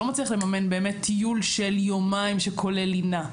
לא מצליח לממן באמת טיול של יומיים שכולל לינה.